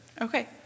Okay